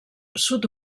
sud